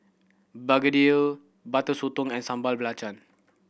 begedil Butter Sotong and Sambal Belacan